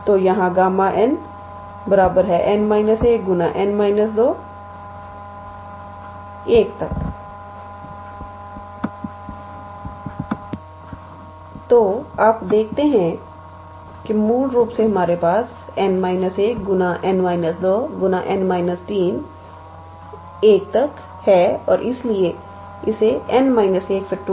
तो यहाँ Γ𝑛 𝑛 − 1𝑛 − 2 1 तो आप देखते हैं कि हमारे पास मूल रूप से 𝑛 − 1𝑛 − 2𝑛 − 3 1 है और इसलिए इसे 𝑛 − 1